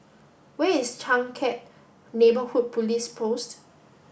where is Changkat Neighborhood Police Post